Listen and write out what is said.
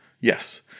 yes